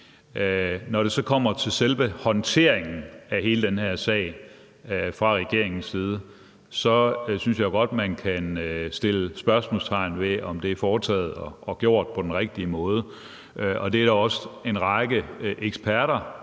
Når det så kommer til selve håndteringen af hele den her sag fra regeringens side, synes jeg jo godt, at man kan sætte spørgsmålstegn ved, om det er foregået og gjort på den rigtige måde, og det er der også en række eksperter